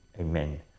Amen